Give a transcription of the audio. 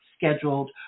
scheduled